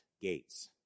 Gates